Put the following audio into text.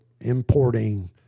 importing